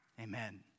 Amen